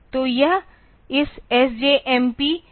तो यह इस SJMP L4 के लिए आ जाएगा